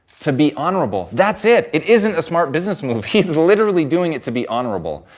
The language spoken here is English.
to be honorable. that's it. it isn't a smart business move. he's literally doing it to be honorable.